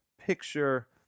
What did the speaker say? Picture